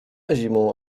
zimą